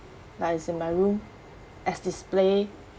like it's in my room as display